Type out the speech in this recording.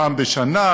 פעם בשנה,